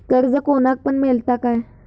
कर्ज कोणाक पण मेलता काय?